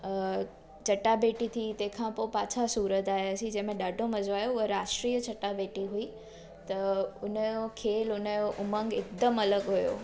अ चटाभेटी थी तंहिंखां पोइ पाछा सूरत आयासीं जंहिंमें ॾाढो मज़ो आयो उह राष्ट्रीय चटाभेटी हुई त उनजो खेल उनजो उमंग हिकदमि अलॻि हुओ